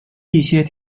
一些